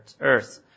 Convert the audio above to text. earth